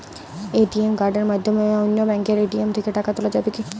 ATM কার্ডের মাধ্যমে অন্য ব্যাঙ্কের এ.টি.এম থেকে টাকা তোলা যাবে কি?